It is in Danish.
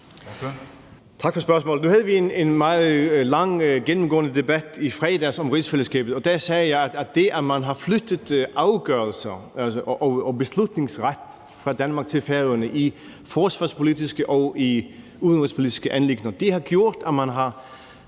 Tak for spørgsmålet. Nu havde vi en meget lang gennemgående debat om rigsfællesskabet i fredags, og der sagde jeg, at det, at afgørelser og beslutningsret er blevet flyttet fra Danmark til Færøerne i forsvarspolitiske og i udenrigspolitiske anliggender, har gjort, at man har